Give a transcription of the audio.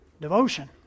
devotion